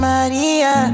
Maria